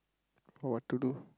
what to do